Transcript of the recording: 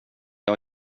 har